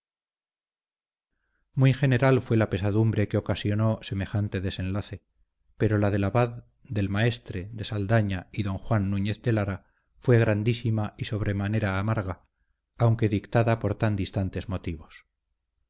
muy general fue la pesadumbre que ocasionó semejante desenlace pero la del abad del maestre de saldaña y don juan núñez de lara fue grandísima y sobremanera amarga aunque dictada por tan distantes motivos